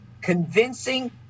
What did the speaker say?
convincing